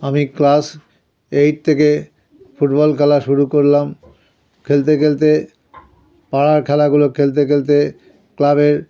আমি class eight থেকে football খেলা শুরু করলাম খেলতে খেলতে পাড়ার খেলাগুলো খেলতে খেলতে ক্লাবের